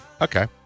Okay